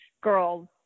girls